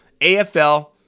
AFL